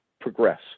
progress